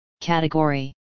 Category